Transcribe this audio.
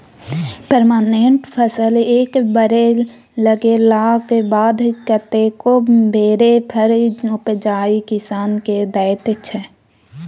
permanent फसल एक बेर लगेलाक बाद कतेको बेर फर उपजाए किसान केँ दैत छै